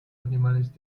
animales